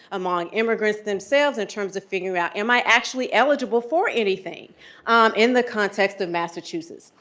among immigrants themselves in terms of figure out, am i actually eligible for anything in the context of massachusetts?